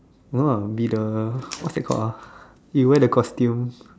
no lah be the what's that called ah you wear the costume